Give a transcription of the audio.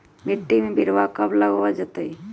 मिट्टी में बिरवा कब लगवल जयतई?